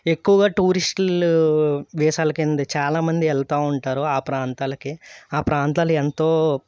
ఎక్కువగా టూరిస్ట్లు వీసాల కింద చాలా మంది వెళుతుంటారు ఆ ప్రాంతాలకి ఆ ప్రాంతాలు ఎంతో